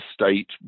state